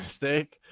mistake